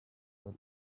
well